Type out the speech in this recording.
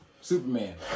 Superman